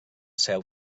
seu